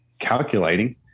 calculating